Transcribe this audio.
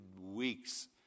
weeks